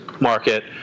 market